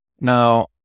Now